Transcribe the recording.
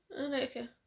Okay